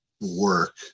work